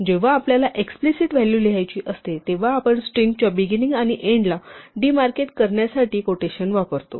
जेव्हा आपल्याला explicit value लिहायची असते तेव्हा आपण स्ट्रिंगच्या बिगिनिंग आणि एन्डला डिमार्केट करण्यासाठी क्वोटेशन वापरतो